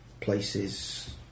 places